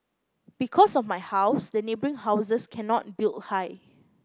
because of my house the neighbouring houses cannot build high